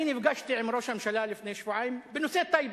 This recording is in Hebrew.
אני נפגשתי עם ראש הממשלה לפני שבועיים בנושא טייבה.